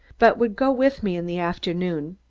but would go with me in the afternoon.